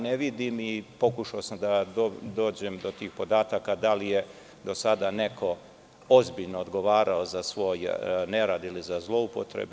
Ne vidim, i pokušao sam da dođem do tih podataka, da li je do sada neko ozbiljno odgovarao za svoj nerad, ili za zloupotrebe.